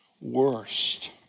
worst